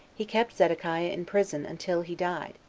he kept zedekiah in prison until he died,